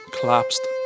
collapsed